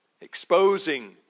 Exposing